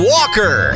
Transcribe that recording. Walker